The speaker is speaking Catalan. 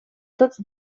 tots